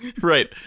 Right